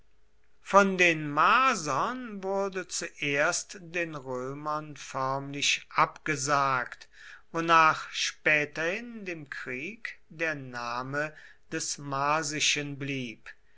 von den marsern wurde zuerst den römern förmlich abgesagt wonach späterhin dem krieg der name des marsischen blieb